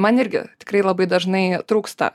man irgi tikrai labai dažnai trūksta